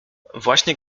właśnie